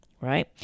right